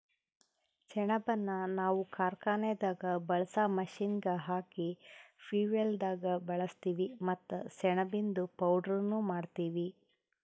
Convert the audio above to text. ಸೆಣಬನ್ನ ನಾವ್ ಕಾರ್ಖಾನೆದಾಗ್ ಬಳ್ಸಾ ಮಷೀನ್ಗ್ ಹಾಕ ಫ್ಯುಯೆಲ್ದಾಗ್ ಬಳಸ್ತೀವಿ ಮತ್ತ್ ಸೆಣಬಿಂದು ಪೌಡರ್ನು ಮಾಡ್ತೀವಿ